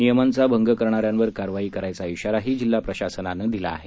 नियमांचा भंग करणाऱ्यांवर कारवाई करायचा श्रााराही जिल्हा प्रशासनानं दिला आहे